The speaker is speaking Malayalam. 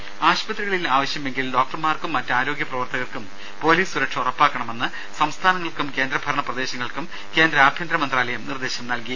രുമ ആശുപത്രികളിൽ ആവശ്യമെങ്കിൽ ഡോക്ടർമാർക്കും മറ്റ് ആരോഗ്യ പ്രവർത്തകർക്കും പൊലീസ് സുരക്ഷ ഉറപ്പാക്കണമെന്ന് സംസ്ഥാനങ്ങൾക്കും കേന്ദ്രഭരണ പ്രദേശങ്ങൾക്കും കേന്ദ്ര ആഭ്യന്തര മന്ത്രാലയം നിർദ്ദേശം നൽകി